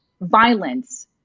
violence